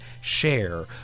share